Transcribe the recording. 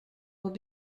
will